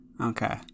Okay